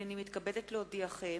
הנני מתכבדת להודיעכם,